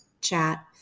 chat